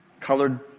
colored